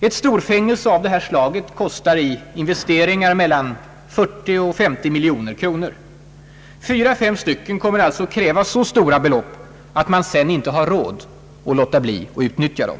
Ett storfängelse av det här slaget kostar i investeringar mellan 40 och 50 miljoner kronor. Fyra—fem stycken kommer alltså att kräva så stora belopp att man sedan inte har råd att låta bli att utnyttja dem.